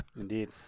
Indeed